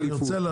וכו'.